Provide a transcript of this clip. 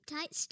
Tight